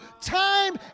time